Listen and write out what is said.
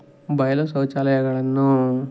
ಬಯಲು ಶೌಚಾಲಯಗಳನ್ನು